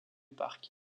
parc